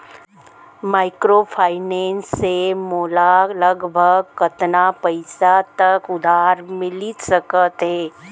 Microfinance से मोला लगभग कतना पइसा तक उधार मिलिस सकत हे?